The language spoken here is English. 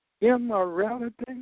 immorality